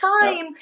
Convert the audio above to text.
time